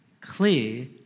clear